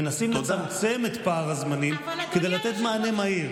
מנסים לצמצם את פער הזמנים כדי לתת מענה מהיר.